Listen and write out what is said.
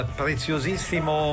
preziosissimo